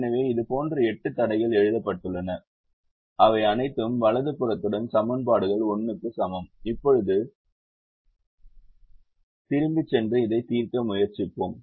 எனவே இதுபோன்று எட்டு தடைகள் எழுதப்பட்டுள்ளன அவை அனைத்தும் வலது புறத்துடன் சமன்பாடுகள் 1 க்கு சமம் இப்போது திரும்பிச் சென்று இதைத் தீர்க்க முயற்சிப்போம்